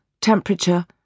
temperature